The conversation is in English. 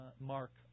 Mark